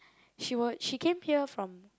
she was she came here from